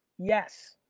yes.